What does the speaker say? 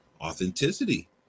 authenticity